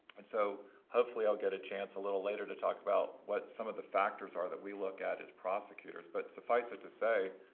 and so hopefully, i'll get a chance a little later to talk about what some of the factors are that we look at as prosecutors. but suffice it to say,